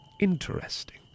interesting